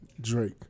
Drake